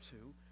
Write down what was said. two